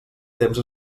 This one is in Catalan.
temps